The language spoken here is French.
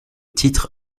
titre